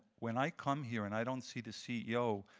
when i come here and i don't see the ceo,